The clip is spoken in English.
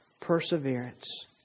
perseverance